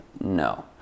no